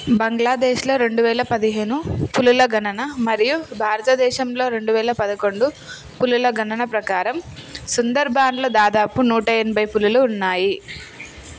బంగ్లాదేశ్లో రెండు వేల పదిహేను పులుల గణన మరియు భారతదేశంలో రెండు వేల పదకొండు పులుల గణన ప్రకారం సుందర్బాన్లో దాదాపు నూట ఎనభై పులులు ఉన్నాయి